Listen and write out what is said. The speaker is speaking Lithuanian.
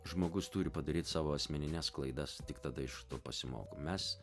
žmogus turi padaryt savo asmenines klaidas tik tada iš to pasimokom mes